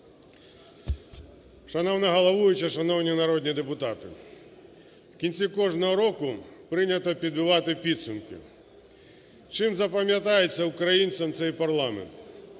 Шановна головуюча! Шановні народні депутати! В кінці кожного року прийняти підбивати підсумки. Чим запам'ятається українцям цей парламент?